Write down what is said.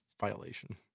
violation